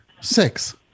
Six